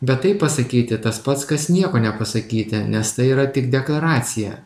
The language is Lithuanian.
bet tai pasakyti tas pats kas nieko nepasakyti nes tai yra tik deklaracija